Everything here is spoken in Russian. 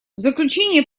заключение